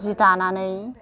सि दानानै